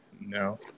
No